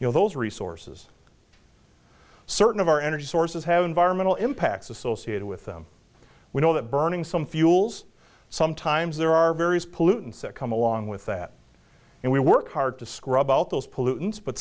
you know those resources certain of our energy sources have environmental impacts associated with them we know that burning some fuels sometimes there are various pollutants that come along with that and we work hard to scrub out those pollutants but